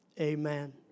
amen